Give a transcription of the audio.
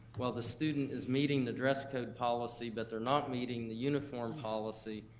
well, the student is meeting the dress code policy, but they're not meeting the uniform policy,